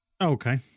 Okay